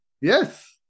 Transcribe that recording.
yes